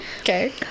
okay